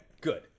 good